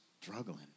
struggling